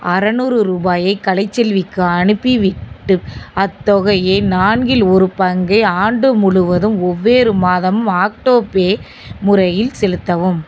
அறநூறு ரூபாயை கலைச்செல்விக்கு அனுப்பிவிட்டு அத்தொகையின் நான்கில் ஒரு பங்கு ஆண்டு முழுவதும் ஒவ்வொரு மாதமும் ஆக்டோபே முறையில் செலுத்தவும்